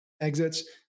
exits